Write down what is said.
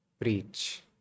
preach